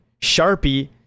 Sharpie